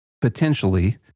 potentially